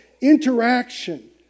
interaction